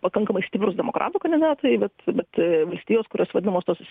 pakankamai stiprūs demokratų kandidatai bet bet valstijos kurios vadinamos tos